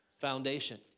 foundation